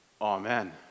Amen